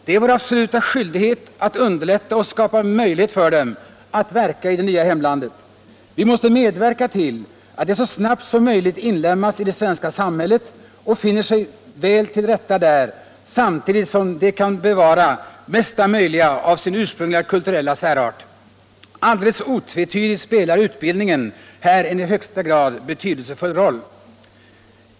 Det är vår absoluta skyldighet att underlätta och skapa möjlighet för dem att verka i det nya hemlandet. Vi måste medverka till att de så snabbt som möjligt inlemmas i det svenska samhället och finner sig väl till rätta där, samtidigt som de kan bevara mesta möjliga av sin ursprungliga kulturella särart. Alldeles otvetydigt spelar utbildningen här en i högsta grad betydelsefull roll.